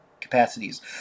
capacities